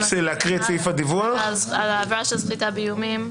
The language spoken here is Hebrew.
עם עבירה של סחיטה באיומים?